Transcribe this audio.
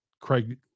Craig